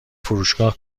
فروشگاه